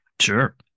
Sure